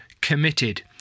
committed